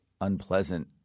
unpleasant –